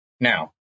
now